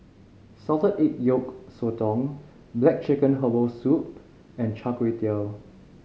salted egg yolk sotong black chicken herbal soup and Char Kway Teow